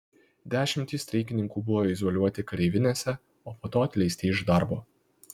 dešimtys streikininkų buvo izoliuoti kareivinėse o po to atleisti iš darbo